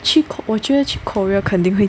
去 Ko~ 我觉得去 Korea 肯定会